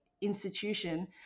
institution